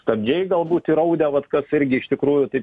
stabdžiai galbūt įraudę vat kas irgi iš tikrųjų tai